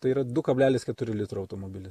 tai yra du kablelis keturi litro automobilis